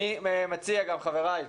אני מציע, חבריי,